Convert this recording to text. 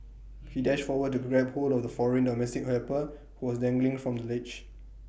he dashed forward to grab hold of the foreign domestic helper who was dangling from the ledge